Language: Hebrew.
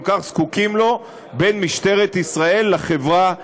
כך זקוקים לו בין משטרת ישראל לחברה הערבית.